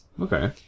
Okay